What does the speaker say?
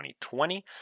2020